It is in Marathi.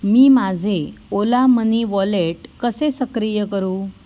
मी माझे ओला मनी वॉलेट कसे सक्रिय करू